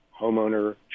homeowner